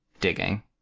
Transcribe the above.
digging